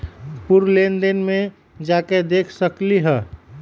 पूर्व लेन देन में जाके देखसकली ह?